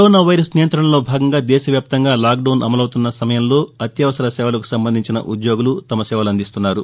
corona virus నియంతణలో భాగంగా దేశ వ్యాప్తంగా లాక్ డౌస్ అమలవుతున్న సమయంలో అత్యవసర సేవలకు సంబంధించిన ఉద్యోగులు తమ సేవలు అందిస్తున్నారు